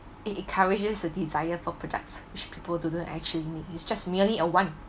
it encourages the desire for products which people do not actually need it's just merely a want